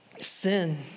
sin